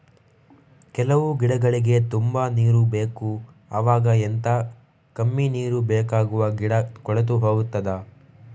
ಕೆಲವು ಗಿಡಗಳಿಗೆ ತುಂಬಾ ನೀರು ಬೇಕು ಅವಾಗ ಎಂತ, ಕಮ್ಮಿ ನೀರು ಬೇಕಾಗುವ ಗಿಡ ಕೊಳೆತು ಹೋಗುತ್ತದಾ?